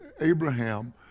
Abraham